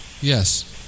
Yes